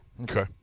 Okay